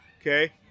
Okay